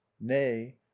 nay